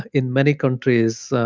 in many countries,